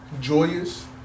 joyous